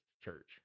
church